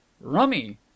Rummy